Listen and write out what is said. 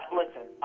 listen